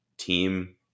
team